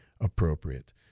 appropriate